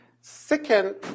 Second